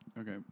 Okay